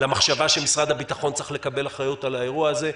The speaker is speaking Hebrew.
למחשבה שמשרד הביטחון צריך לקבל אחריות על האירוע הזה.